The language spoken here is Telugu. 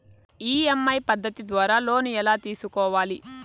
ఇ.ఎమ్.ఐ పద్ధతి ద్వారా లోను ఎలా తీసుకోవాలి